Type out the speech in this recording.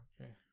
Okay